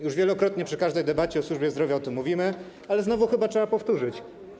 Już wielokrotnie przy każdej debacie o służbie zdrowia o tym mówimy, ale znowu chyba trzeba to powtórzyć.